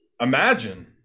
imagine